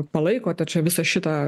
palaikote čia visą šitą